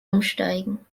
umsteigen